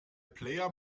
player